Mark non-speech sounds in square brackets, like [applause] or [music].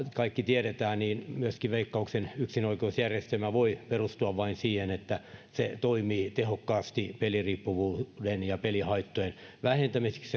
kaikki tiedämme veikkauksen yksinoikeusjärjestelmä voi perustua vain siihen että se toimii tehokkaasti peliriippuvuuden ja pelihaittojen vähentämiseksi [unintelligible]